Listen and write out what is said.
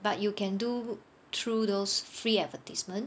but you can do through those free advertisement